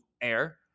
air